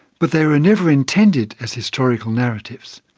but they were never intended as historical narratives.